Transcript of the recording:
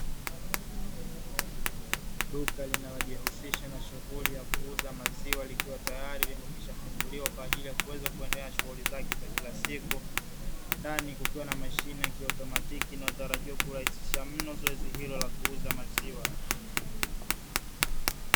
Duka linalojihusisha na shughuli ya kuuza maziwa likiwa tayari limeshafunguliwa kwa ajili ya kuweza kuendelea na shughuli zake za kila siku. Ndani kukiwa na mashine kiautomatiki inayotarajiwa kurahisisha meno zoezi hilo la kuuzia maziwa.